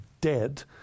dead